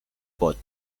pot